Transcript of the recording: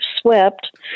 swept